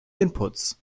inputs